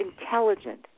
intelligent